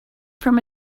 from